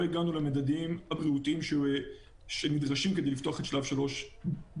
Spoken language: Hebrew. הגענו למדדים הבריאותיים שנדרשים כדי לפתוח את שלב 3 במלואו.